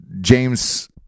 James